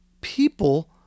People